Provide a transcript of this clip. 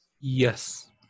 Yes